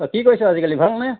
অঁ কি কৰিছো আজিকালি ভাল নে